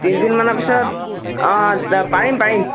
তিনিদিনমানৰ পিছত অঁ তে পাৰিম পাৰিম